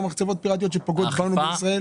מחצבות פיראטיות שפוגעות בנו בישראל?